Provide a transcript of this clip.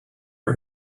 for